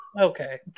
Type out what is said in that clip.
Okay